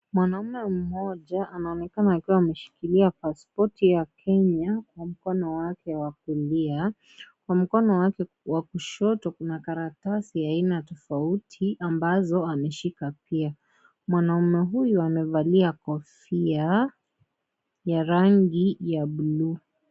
Mwanaume mmoja anaonekana akiwa ameshikilia paspoti ya Kenya kwa mkono wake wa kulia kwa mkono wake wa kushoto kuna karatasi ya aina tofauti ambazo ameshika pia mwanaume huyu amevalia kofia ya rangi ya bluu.